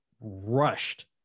rushed